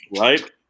Right